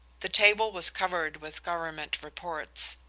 the table was covered with government reports,